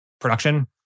production